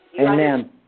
Amen